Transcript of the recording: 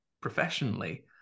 professionally